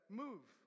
move